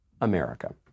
America